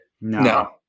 no